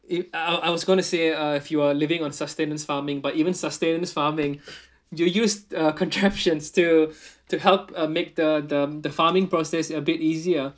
if I was I was going to say uh if you are living on sustenance farming but even sustenance farming you use uh contraptions to to help uh make the the the farming process a bit easier